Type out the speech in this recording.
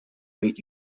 meet